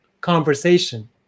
conversation